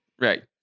Right